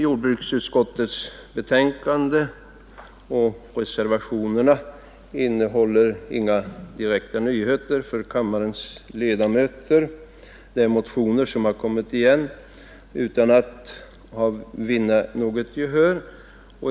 Jordbruksutskottets betänkande och reservationerna innehåller inga direkta nyheter för kammarens ledamöter. Det är också fråga om motioner som har kommit igen utan att vinna något gehör.